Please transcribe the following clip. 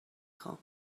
خوام